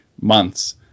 months